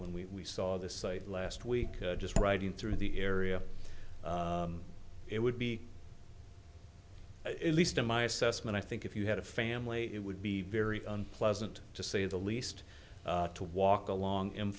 when we saw this site last week just riding through the area it would be at least in my assessment i think if you had a family it would be very unpleasant to say the least to walk along in